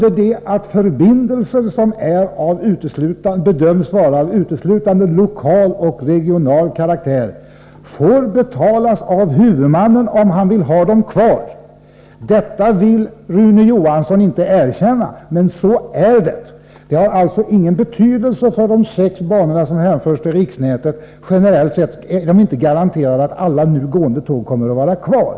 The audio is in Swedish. De förbindelser som bedöms vara av uteslutande lokal eller regional karaktär får däremot betalas av huvudmannen, om han önskar ha dem kvar. Detta vill inte Rune Johansson erkänna, men så är det. För de sex banor som hänförs till riksnätet lämnas det således generellt sett inga garantier för att alla nu gående tåg kommer att vara kvar.